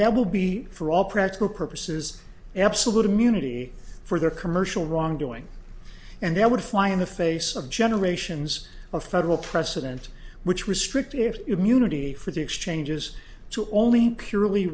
will be for all practical purposes absolute immunity for their commercial wrongdoing and they would fly in the face of generations of federal precedent which restrictive immunity for the exchanges to only purely